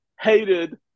hated